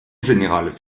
général